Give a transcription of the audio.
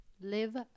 live